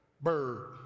Bird